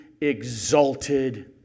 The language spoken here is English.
exalted